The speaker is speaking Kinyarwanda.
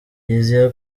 yizeye